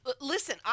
Listen